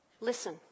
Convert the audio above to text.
listen